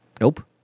nope